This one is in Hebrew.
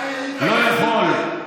לא יכול,